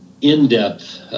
in-depth